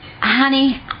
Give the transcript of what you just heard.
honey